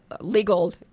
legal